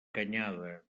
canyada